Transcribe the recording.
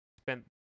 spent